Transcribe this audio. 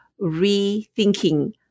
rethinking